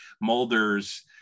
Mulder's